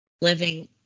Living